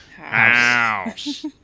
house